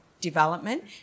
development